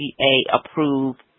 FDA-approved